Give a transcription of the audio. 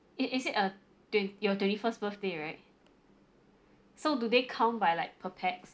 it is uh your twenty first birthday right so do they count by like per pax